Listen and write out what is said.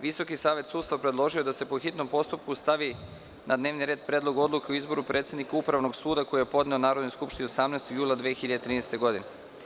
Visoki savet sudstva predložio je da se po hitnom postupku stavi na dnevni red Predlog odluke o izboru predsednika Upravnog suda, koji je podneo Narodnoj skupštini 18. jula 2013. godine.